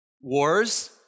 wars